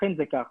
אכן זה כך.